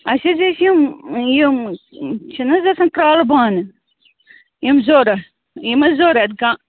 اَسہِ حظ ٲسۍ یِم یِم چھِ نہٕ حظ آسان کرٛالہٕ بانہٕ یِم ضروٗرت یِم حظ ضروٗرت گا